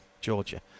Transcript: Georgia